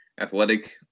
athletic